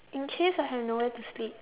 in case I have nowhere to sleep